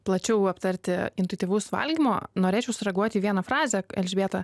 plačiau aptarti intuityvaus valgymo norėčiau sureaguoti į vieną frazę elžbietą